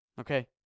Okay